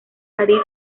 parís